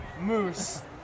Moose